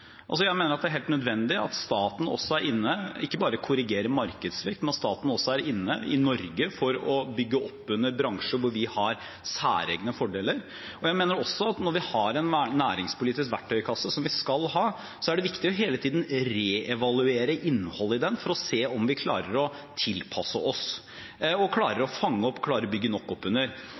Jeg mener at det er helt nødvendig at staten også er inne, ikke bare for å korrigere markedssvikt, men at staten også er inne i Norge for å bygge opp under bransjer hvor vi har særegne fordeler. Jeg mener også at når vi har en næringspolitisk verktøykasse, som vi skal ha, er det viktig hele tiden å reevaluere innholdet i den for å se om vi klarer å tilpasse oss, klarer å fange opp og bygge nok